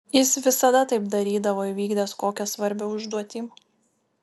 jis visada taip darydavo įvykdęs kokią svarbią užduotį